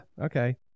okay